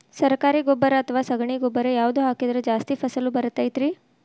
ಸರಕಾರಿ ಗೊಬ್ಬರ ಅಥವಾ ಸಗಣಿ ಗೊಬ್ಬರ ಯಾವ್ದು ಹಾಕಿದ್ರ ಜಾಸ್ತಿ ಫಸಲು ಬರತೈತ್ರಿ?